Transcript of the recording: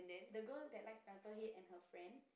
the girl that likes Pineapple Head and her friend